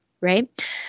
right